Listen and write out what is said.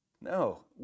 No